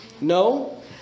No